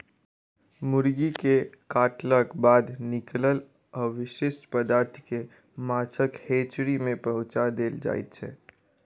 मुर्गी के काटलाक बाद निकलल अवशिष्ट पदार्थ के माछक हेचरी मे पहुँचा देल जाइत छै